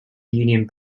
union